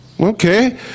okay